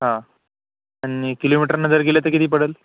हां आणि किलोमीटरनं जर गेलं तर किती पडेल